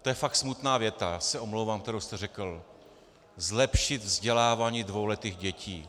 To je fakt smutná věta, já se omlouvám, kterou jste řekl: zlepšit vzdělávání dvouletých dětí.